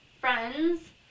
friends